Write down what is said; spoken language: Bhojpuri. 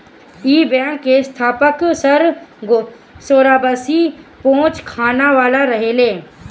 इ बैंक के स्थापक सर सोराबजी पोचखानावाला रहले